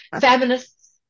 Feminists